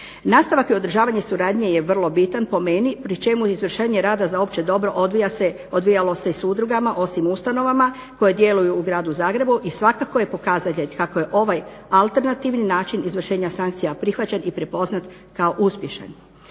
Nastavak održavanje suradnje je vrlo bitan po meni, pri čemu je izvršenje rada za opće dobro odvija se, odvijalo se i s udrugama, osim ustanovama koje djeluju u Gradu Zagrebu i svakako je pokazatelj kako je ovaj alternativni način izvršenja sankcija prihvaćen i prepoznat kao uspješan.